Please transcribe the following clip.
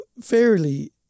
Fairly